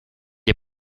est